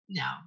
no